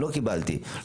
לא קיבלתי נייר כזה.